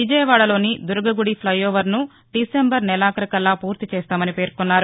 విజయవాడలోని దుర్గగుడి ఫైఓవర్ను డిసెంబరు నెలాకరుకల్లా పూర్తి చేస్తామని పేర్కొన్నారు